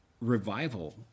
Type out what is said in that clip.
revival